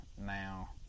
now